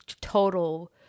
total